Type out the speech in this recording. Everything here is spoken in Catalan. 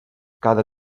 cada